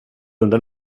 undrar